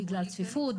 בגלל צפיפות,